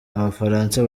abafaransa